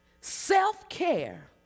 Self-care